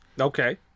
Okay